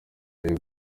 ayo